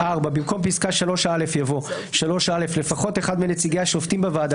(4)במקום פסקה (3א) יבוא: "(3א)לפחות אחד מנציגי השופטים בוועדה,